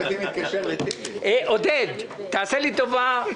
התקשר השר אוחנה ואמר שהתקציב הזה נחוץ לו לעניינים פנימיים.